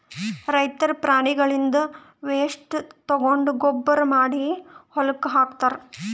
ರೈತರ್ ಪ್ರಾಣಿಗಳ್ದ್ ವೇಸ್ಟ್ ತಗೊಂಡ್ ಗೊಬ್ಬರ್ ಮಾಡಿ ಹೊಲಕ್ಕ್ ಹಾಕ್ತಾರ್